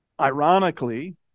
Ironically